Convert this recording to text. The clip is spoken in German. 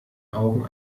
augen